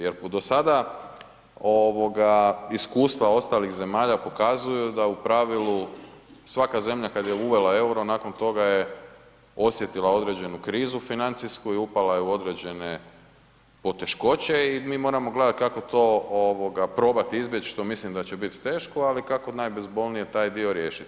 Jer po do sada ovoga iskustava ostalih zemalja pokazuju da u pravilu svaka zemlja kad je uvela EUR-o nakon toga je osjetila određenu krizu financijsku i upala je u određene poteškoće i mi moramo gledati kako to probati izbjeći što mislim da će biti teško, ali kako najbezbolnije taj dio riješiti.